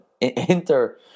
Inter